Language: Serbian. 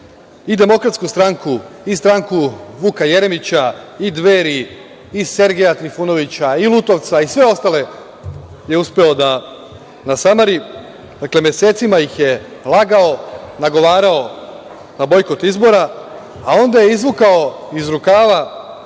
i DS, i stranku Vuka Jeremića, i Dveri, i Sergeja Trifunovića, i Lutovca i sve ostale je uspeo da nasamari. Dakle, mesecima ih je lagao, nagovarao na bojkot izbora, a onda je izvukao iz rukava